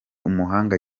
umuhanga